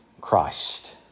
Christ